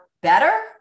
better